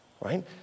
right